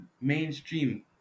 mainstream